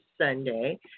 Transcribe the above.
Sunday